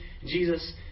Jesus